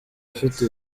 afite